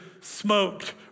smoked